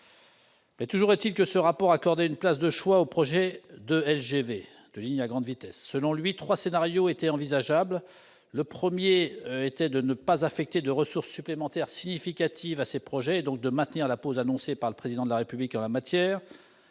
Mais toujours est-il que ce rapport accordait une place de choix aux projets de lignes à grande vitesse, les LGV. Selon lui, trois scénarios seraient envisageables. Le premier prévoit de ne pas affecter de ressources supplémentaires significatives à ces projets, et donc de maintenir la pause annoncée par le Président de la République en la matière.